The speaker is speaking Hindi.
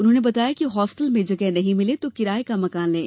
उन्होंने बताया कि हॉस्टल में जगह नहीं मिले तो किराये का मकान लें